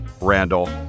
Randall